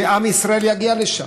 שעם ישראל יגיע לשם,